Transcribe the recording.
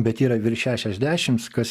bet yra virš šešiasdešims kas